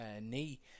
knee